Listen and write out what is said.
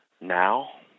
now